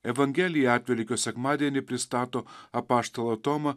evangelija atvelykio sekmadienį pristato apaštalą tomą